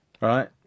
Right